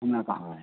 ओना हए